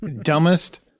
Dumbest